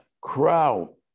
crow